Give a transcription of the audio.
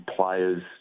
players